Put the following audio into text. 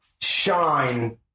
shine